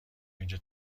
اینجا